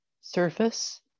surface